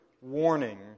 warning